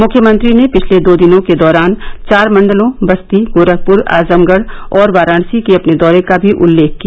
मुख्यमंत्री ने पिछले दो दिनों के दौरान चार मंडलों बस्ती गोरखपुर आजमगढ और वाराणसी के अपने दौरे का भी उल्लेख किया